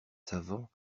savants